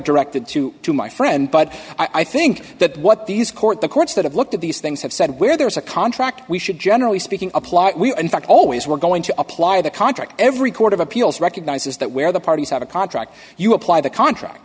directed to to my friend but i think that what these court the courts that have looked at these things have said where there is a contract we should generally speaking apply in fact always we're going to apply the contract every court of appeals recognizes that where the parties have a contract you apply the contract